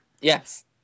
Yes